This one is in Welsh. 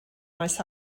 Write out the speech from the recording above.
maes